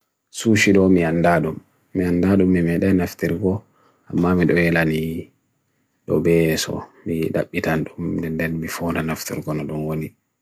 Waande ɓe waɗi goongu ndiyanji. Ant hokkita, seede nafoore, ewi nafoore, heɓi hokkita e seede ngande goongu, waawna ndiyanji goongu.